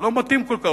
לא מתאים כל כך,